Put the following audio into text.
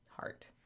heart